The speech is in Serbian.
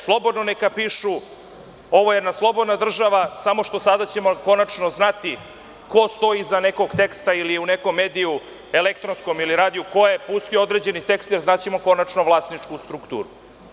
Slobodno neka pišu, ovo je jedna slobodna država, samo što ćemo sada konačno znati ko stoji iza nekog teksta ili ko je u nekom elektronskom mediju ili radiju pustio određeni tekst, jer znaćemo konačno vlasničku strukturu.